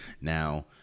Now